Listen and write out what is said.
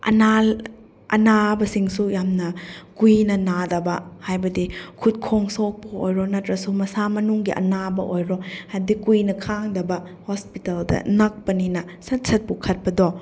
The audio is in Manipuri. ꯑꯅꯥꯕꯁꯤꯡꯁꯨ ꯌꯥꯝꯅ ꯀꯨꯏꯅ ꯅꯥꯗꯕ ꯍꯥꯏꯕꯗꯤ ꯈꯨꯠ ꯈꯣꯡ ꯁꯣꯛꯄ ꯑꯣꯏꯔꯣ ꯅꯠꯇ꯭ꯔꯁꯨ ꯃꯁꯥ ꯃꯅꯨꯡꯒꯤ ꯑꯅꯥꯕ ꯑꯣꯏꯔꯣ ꯍꯥꯏꯗꯤ ꯀꯨꯏꯅ ꯈꯥꯡꯗꯕ ꯍꯣꯁꯄꯤꯇꯥꯜꯗ ꯅꯛꯄꯅꯤꯅ ꯁꯠ ꯁꯠ ꯄꯤꯈꯠꯄꯗꯣ